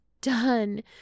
done